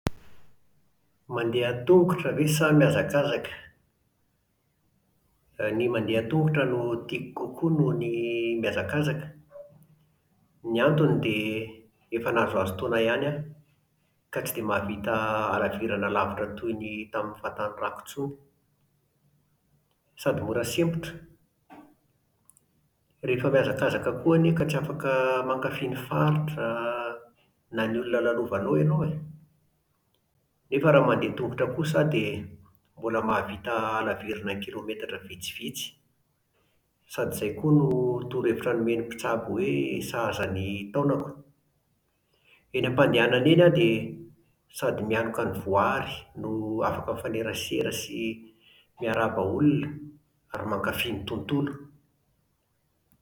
Mandeha an-tongotra ve sa mihazakazaka? Ny mandeha an-tongotra no tiako kokoa noho ny mihazakazaka. Ny antony dia efa nahazoazo taona ihany aho, ka tsy dia mahavita halavirana lavitra toy ny tamin'ny fahatanorako intsony sady mora sempotra. Rehefa mihazakazaka koa anie ka tsy afaka mankafy ny faritra na ny olona lalovanao ianao e. Nefa raha mandeha tongotra kosa aho dia mbola mahavita halavirana kilaometatra vitsivitsy. Sady izay koa no torohevitra noemn'ny mpitsabo hoe sahaza ny taonako. Eny am-pandehanana eny aho dia sady mianoka ny voary no afaka mifanerasera sy miarahaba olona ary mankafy ny tontolo,